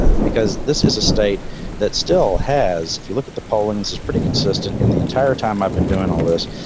ah because this is a state that still has you look at the polling, this is pretty consistent in the entire time i've been doing all this.